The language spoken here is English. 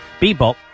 Bebop